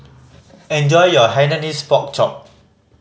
enjoy your Hainanese Pork Chop